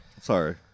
sorry